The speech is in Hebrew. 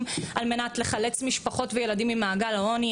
על מנת לחלץ משפחות וילדים ממעגל העוני,